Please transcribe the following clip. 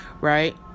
right